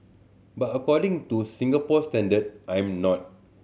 but according to Singaporean standard I'm not